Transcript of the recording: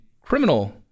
criminal